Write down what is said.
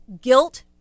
guilt